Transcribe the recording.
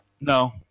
No